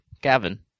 Gavin